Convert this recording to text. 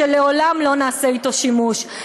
שלעולם לא נעשה בו שימוש.